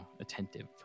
attentive